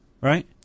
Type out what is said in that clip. Right